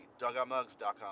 dugoutmugs.com